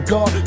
God